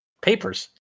Papers